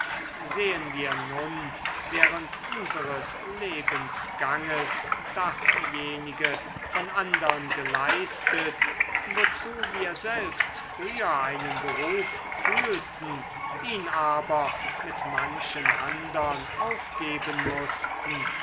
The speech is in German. sehen wir nun während unseres lebensganges dasjenige von andern geleistet wozu wir selbst früher einen beruf fühlten ihn aber mit manchen andern aufgeben mußten